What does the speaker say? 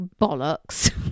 bollocks